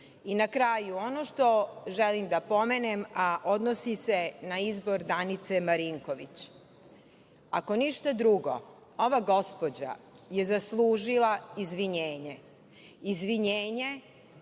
kraju ono što želim da pomenem, a odnosi se na izbor Danice Marinković, ako ništa drugo, ova gospođa je zaslužila izvinjenje, izvinjenje